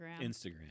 Instagram